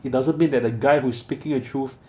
it doesn't mean that the guy who's speaking a truth